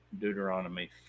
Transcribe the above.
Deuteronomy